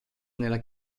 nella